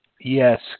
Yes